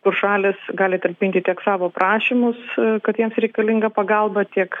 kur šalys gali talpinti tiek savo prašymus kad jiems reikalinga pagalba tiek